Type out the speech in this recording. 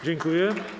Dziękuję.